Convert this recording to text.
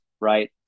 right